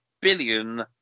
billion